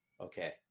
Okay